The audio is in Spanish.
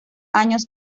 años